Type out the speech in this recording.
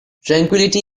tranquillity